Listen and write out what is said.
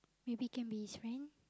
maybe can be his friend